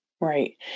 Right